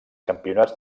campionats